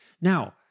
now